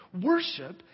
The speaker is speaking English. Worship